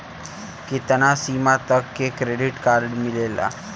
कितना सीमा तक के क्रेडिट कार्ड मिलेला?